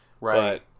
Right